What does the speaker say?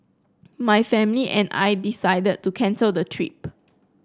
my family and I decided to cancel the trip